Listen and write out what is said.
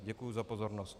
Děkuju za pozornost.